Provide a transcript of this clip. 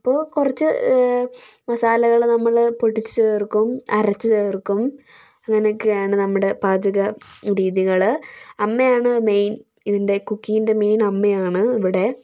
അപ്പോൾ കുറച്ച് മസാലകൾ നമ്മൾ പൊടിച്ചു ചേർക്കും അരച്ചു ചേർക്കും അങ്ങനെയൊക്കെയാണ് നമ്മുടെ പാചക രീതികൾ അമ്മയാണ് മെയിൻ ഇതിൻ്റെ കുക്കിങ്ങിൻ്റെ മെയിൻ അമ്മയാണ് ഇവിടെ